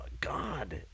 God